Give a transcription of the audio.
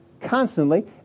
constantly